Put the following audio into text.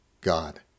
God